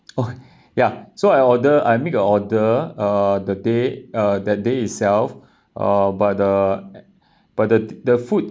oh ya so I order I make a order uh the day uh that day itself uh but the but the the food